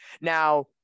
Now